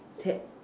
Ted~